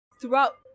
throughout